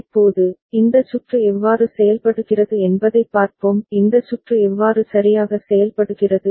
இப்போது இந்த சுற்று எவ்வாறு செயல்படுகிறது என்பதைப் பார்ப்போம் இந்த சுற்று எவ்வாறு சரியாக செயல்படுகிறது